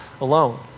alone